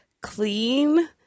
clean